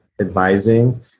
advising